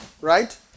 right